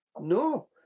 No